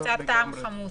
קצת טעם חמוץ.